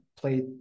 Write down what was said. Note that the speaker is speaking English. played